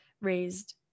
raised